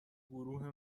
گروه